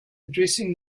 addressing